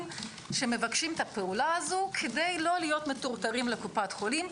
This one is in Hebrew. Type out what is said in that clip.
שמבקשים את הפעולה הזו כדי לא להיות מטורטרים לקופת חולים,